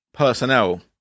personnel